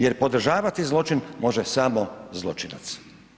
Jer podržavati zločin može samo zločinac.